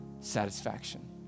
satisfaction